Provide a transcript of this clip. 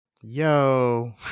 yo